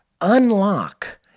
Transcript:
unlock